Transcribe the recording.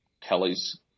Kelly's